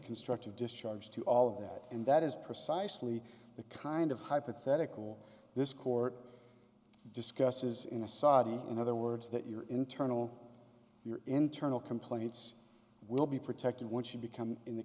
constructive discharge to all of that and that is precisely the kind of hypothetical this court discusses in a society in other words that your internal your internal complaints will be protected once you become in the